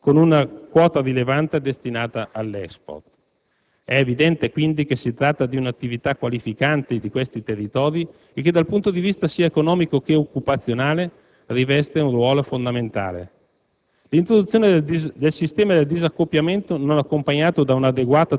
dal punto di vista quantitativo e qualitativo, con una quota rilevante destinata all'*export*. È evidente, quindi, che si tratta di un'attività qualificante di questi territori e che, dal punto di vista economico e occupazionale, riveste un ruolo fondamentale.